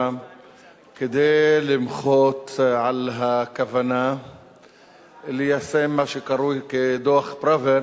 כדי למחות על הכוונה ליישם את מה שקרוי דוח-פראוור